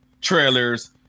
trailers